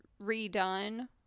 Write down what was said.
redone